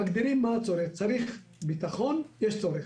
מגדירים את הצורך, צריך ביטחון אז יש צורך.